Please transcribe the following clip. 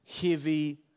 heavy